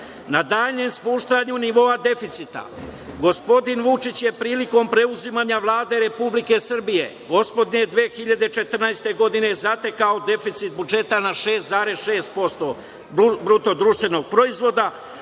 daljem spuštanju nivou deficita, gospodin Vučić, je prilikom preuzimanja Vlade Republike Srbije, gospodnje 2014. godine zatekao deficit budžeta na 6,6% BDP, a u 2015. godini